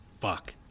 fuck